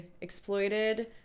exploited